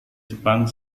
jepang